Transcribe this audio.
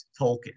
Tolkien